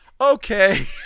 Okay